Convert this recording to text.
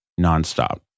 nonstop